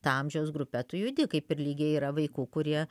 ta amžiaus grupe tu judi kaip ir lygiai yra vaikų kurie